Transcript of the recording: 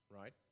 right